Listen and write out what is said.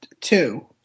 Two